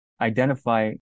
identify